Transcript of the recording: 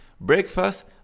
Breakfast